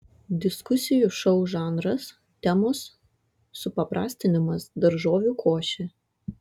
diskusijų šou žanras temos supaprastinimas daržovių košė